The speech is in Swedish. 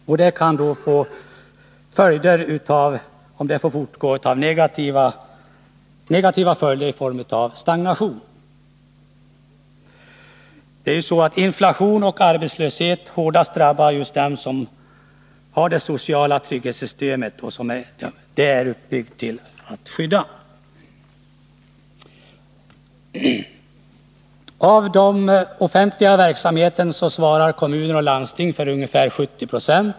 Om detta får fortgå, kommer de negativa följderna i form av stagnation, inflation och arbetslöshet att hårdast drabba just dem som det sociala trygghetssystemet är uppbyggt för att skydda. Av den offentliga verksamheten svarar kommuner och landsting för ungefär 70 Zo.